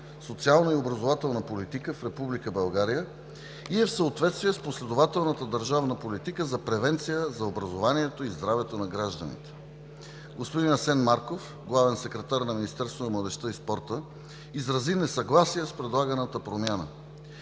социалната и образователната политика в Република България и е в съответствие с последователната държавна политика за превенция за образованието и здравето на гражданите. Господин Асен Марков – главен секретар на Министерството на младежта и спорта, изрази несъгласие с предлаганата промяна.